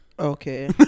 Okay